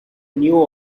new